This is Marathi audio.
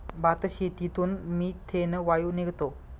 भातशेतीतून मिथेन वायू निघतो